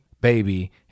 Baby